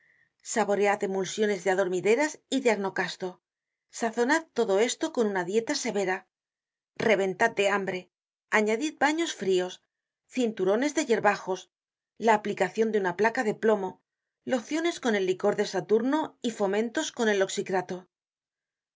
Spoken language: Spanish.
saboread emulsiones de adormideras y de agnocasto sazonad todo esto con una dieta severa reventad de hambre añadid baños frios cinturones de yerbajos la aplicacion de una placa de plomo lociones con el licor de saturno y fomentos con el